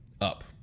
up